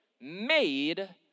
Made